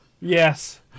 Yes